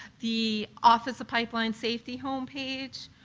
the office of pipeline safety home page,